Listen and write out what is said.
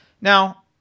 Now